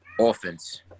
offense